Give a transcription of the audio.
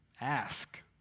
Ask